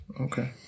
Okay